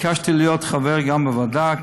ביקשתי להיות חבר בוועדה,